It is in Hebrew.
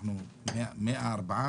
אנחנו 104,